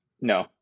No